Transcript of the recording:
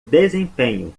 desempenho